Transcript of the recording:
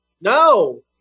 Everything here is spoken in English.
no